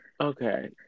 Okay